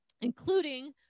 including